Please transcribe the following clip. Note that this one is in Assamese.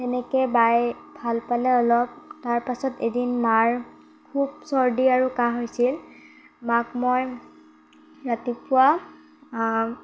তেনেকে বায়ে ভাল পালে অলপ তাৰপাছত এদিন মাৰ খুব চৰ্দি আৰু কাহ হৈছিল মাক মই ৰাতিপুৱা